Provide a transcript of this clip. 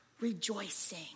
rejoicing